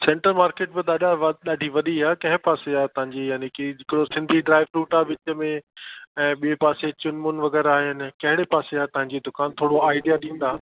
centre market दादा ॾाढी वॾी आहे कंहिं पासे आहे तव्हांजी यानि की हिकिड़ो सिंधी ड्राइफ्रूट आहे विच में ऐं ॿिए पासे चुनमुन वग़ैरह आहिनि कहिड़े पासे आहे तव्हांजी दुकानु थोरो आइडिया ॾींदा